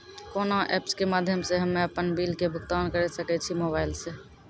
कोना ऐप्स के माध्यम से हम्मे अपन बिल के भुगतान करऽ सके छी मोबाइल से?